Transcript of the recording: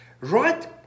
Right